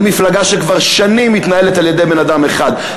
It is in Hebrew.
היא מפלגה שכבר שנים מתנהלת על-ידי בן-אדם אחד,